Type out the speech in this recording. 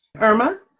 Irma